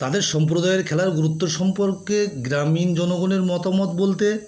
তাদের সম্প্রদায়ের খেলার গুরুত্ব সম্পর্কে গ্রামীণ জনগণের মতামত বলতে